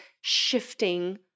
shifting